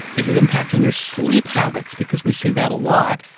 is it impacting your sleep habits because we see that a lot?